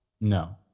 No